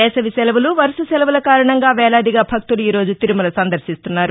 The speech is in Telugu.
వేసవి సెలవులు వరుస సెలవుల కారణంగా వేలాదిగా భక్తులు ఈరోజు తిరుమల సందర్శిస్తున్నారు